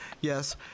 Yes